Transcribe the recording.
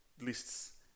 lists